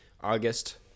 August